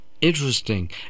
Interesting